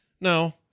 No